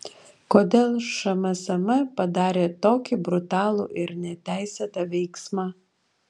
kodėl šmsm padarė tokį brutalų ir neteisėtą veiksmą